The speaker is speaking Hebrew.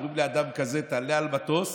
אומרים לאדם כזה: תעלה על מטוס